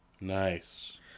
Nice